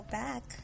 back